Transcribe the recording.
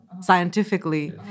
scientifically